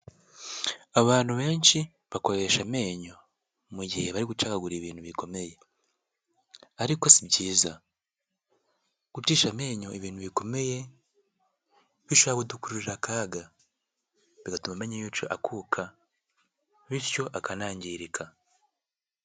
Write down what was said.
Abantu benshi bakoresha amenyo mu gihe bari gucagagura ibintu bikomeye, ariko si byiza, gucisha amenyo ibintu bikomeye, bishobora kudukururira akaga, bigatuma amenyo yacu akuka, bityo akanangirika.